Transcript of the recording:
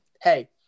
Hey